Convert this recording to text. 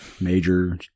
Major